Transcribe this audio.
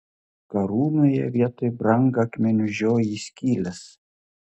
karūnoje vietoj brangakmenių žioji skylės